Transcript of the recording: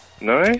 No